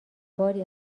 باری